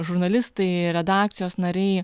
žurnalistai redakcijos nariai